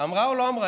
אמרה או לא אמרה?